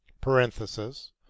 parenthesis